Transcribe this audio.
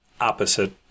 opposite